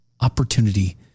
opportunity